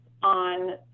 on